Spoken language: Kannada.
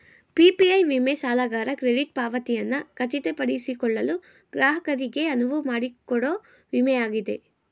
ಪಿ.ಪಿ.ಐ ವಿಮೆ ಸಾಲಗಾರ ಕ್ರೆಡಿಟ್ ಪಾವತಿಯನ್ನ ಖಚಿತಪಡಿಸಿಕೊಳ್ಳಲು ಗ್ರಾಹಕರಿಗೆ ಅನುವುಮಾಡಿಕೊಡೊ ವಿಮೆ ಆಗಿದೆ